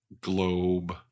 globe